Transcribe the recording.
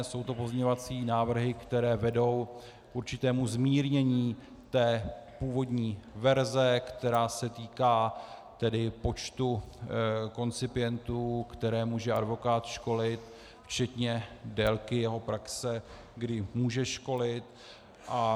Jsou to pozměňovací návrhy, které vedou k určitému zmírnění té původní verze, která se týká počtu koncipientů, které může advokát školit, včetně délky jeho praxe, kdy může školit.